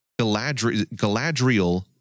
Galadriel